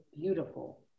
beautiful